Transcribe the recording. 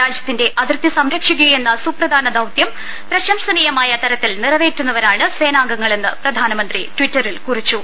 രാജ്യത്തിന്റെ അതിർത്തി സംരക്ഷിക്കുകയെന്ന സുപ്രധാന ദൌത്യം പ്രശംസനീയമായ തരത്തിൽ നിറവേറ്റുന്നവരാണ് സേനാംഗങ്ങളെന്ന് പ്രധാനമന്ത്രി ടിറ്ററിൽ കുറിച്ചു